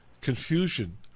confusion